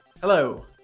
Hello